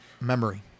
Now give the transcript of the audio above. memory